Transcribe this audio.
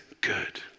good